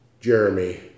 Jeremy